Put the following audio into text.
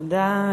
תודה.